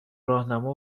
راهنما